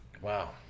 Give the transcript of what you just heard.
Wow